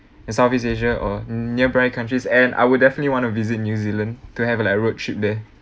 in southeast asia or nearby countries and I will definitely want to visit new zealand to have a like road trip there